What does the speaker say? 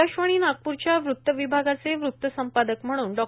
आकाशवाणी नागप्रच्या वृत्त विभागाचे वृत्त संपादक म्हणून डॉ